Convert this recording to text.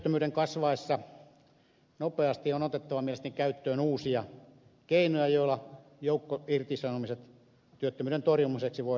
työttömyyden kasvaessa nopeasti on otettava mielestäni käyttöön uusia keinoja joilla joukkoirtisanomiset työttömyyden torjumiseksi voidaan estää